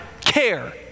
Care